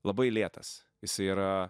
labai lėtas jisai yra